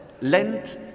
Lent